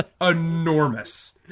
enormous